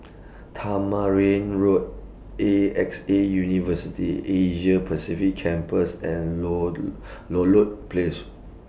Tamarind Road A X A University Asia Pacific Campus and Low Ludlow Place